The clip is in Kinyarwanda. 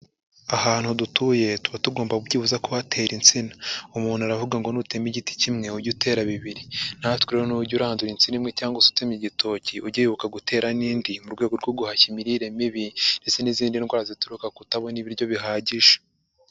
Ahantu dutuye tuba tugomba byibuza kuhatera insina. Umuntu aravuga ngo nutema igiti kimwe ujye utera bibiri. Natwe nujya urandura insina imwe cyangwa nujya utema igitoki, ujye wibuka gutera n'indi mu rwego rwo guhashya imirire mibi ndetse n'izindi ndwara zituruka kutabona ibiryo bihagije.